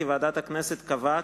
כי ועדת הכנסת קבעה,